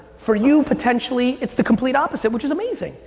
for you, potentially, it's the complete opposite which is amazing.